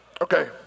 Okay